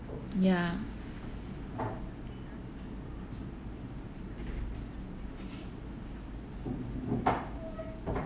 ya